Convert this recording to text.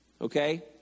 Okay